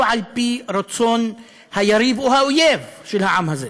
לא על-פי רצון היריב או האויב של העם הזה.